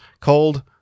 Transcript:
called